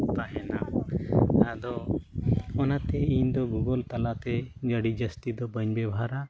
ᱛᱟᱦᱮᱱᱟ ᱟᱫᱚ ᱚᱱᱟᱛᱮ ᱤᱧᱫᱚ ᱜᱩᱜᱩᱞ ᱛᱟᱞᱟᱛᱮ ᱟᱹᱰᱤ ᱡᱟᱹᱥᱛᱤ ᱫᱚ ᱵᱟᱹᱧ ᱵᱮᱵᱷᱟᱨᱟ